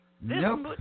Nope